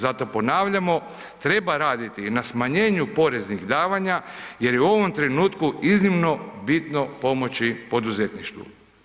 Zato ponavljamo, treba raditi na smanjenju poreznih davanja jer je u ovom trenutku iznimno bitno pomoći poduzetništvu.